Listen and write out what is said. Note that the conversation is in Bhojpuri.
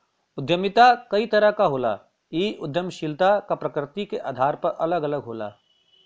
उद्यमिता कई तरह क होला इ उद्दमशीलता क प्रकृति के आधार पर अलग अलग होला